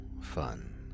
fun